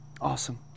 Awesome